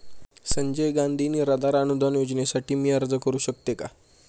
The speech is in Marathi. संजय गांधी निराधार अनुदान योजनेसाठी मी अर्ज करू शकते का?